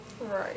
Right